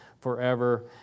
forever